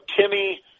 Timmy